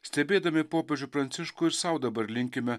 stebėdami popiežių pranciškų ir sau dabar linkime